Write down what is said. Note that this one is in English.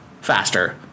faster